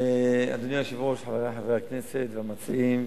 אדוני היושב-ראש, חברי חברי הכנסת והמציעים,